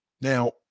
Now